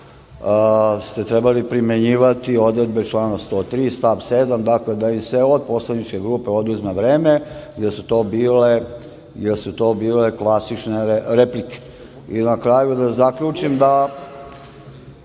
ste trebali primenjivati odredbe člana 103. stav 3. dakle, da bi se ovoj poslaničkoj grupi oduzme vreme, jer su to bile klasične replike. Na kraju da zaključim da